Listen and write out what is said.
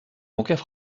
bancaire